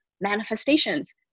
manifestations